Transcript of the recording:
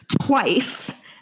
twice